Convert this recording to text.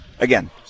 again